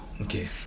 Okay